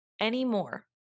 anymore